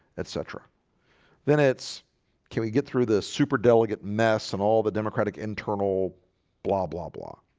etc then it's can we get through the super delegate mess and all the democratic internal blah blah blah